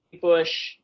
Bush